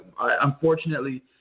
unfortunately –